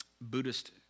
Buddhist